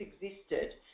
existed